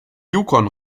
yukon